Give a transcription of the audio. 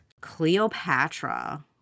Cleopatra